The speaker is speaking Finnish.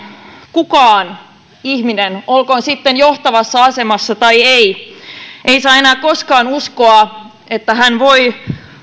kukaan ihminen oli sitten johtavassa asemassa tai ei ei saa enää koskaan uskoa että hän voi